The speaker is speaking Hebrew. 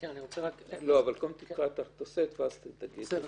גור, קודם תקרא את הסיפא ואז תדבר.